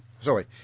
Sorry